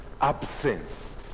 absence